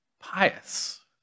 pious